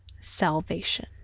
salvation